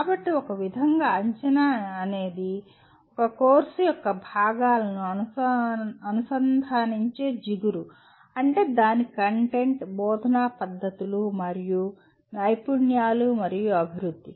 కాబట్టి ఒక విధంగా అంచనా అనేది ఒక కోర్సు యొక్క భాగాలను అనుసంధానించే జిగురు అంటే దాని కంటెంట్ బోధనా పద్ధతులు మరియు నైపుణ్యాలు మరియు అభివృద్ధి